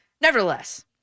Nevertheless